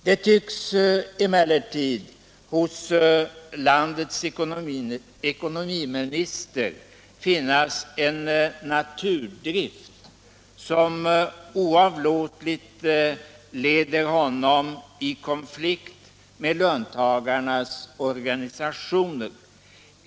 Det tycks emellertid hos landets ekonomiminister finnas en naturdrift, som oavlåtligt leder honom i konflikt med löntagarnas organisationer.